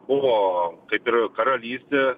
buvo kaip ir karalystė